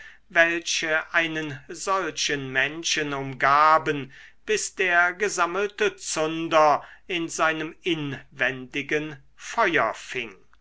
welche einen solchen menschen umgaben bis der gesammelte zunder in seinem inwendigen feuer fing